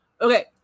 Okay